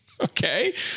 Okay